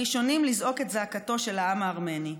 הראשונים לזעוק את זעקתו של העם הארמני.